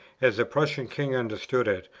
as the prussian king understood it,